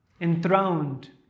enthroned